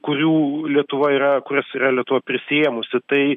kurių lietuva yra kurias yra lietuva prisiėmusi tai